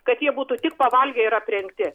kad jie būtų tik pavalgę ir aprengti